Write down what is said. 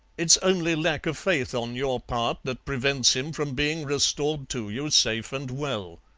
it's only lack of faith on your part that prevents him from being restored to you safe and well.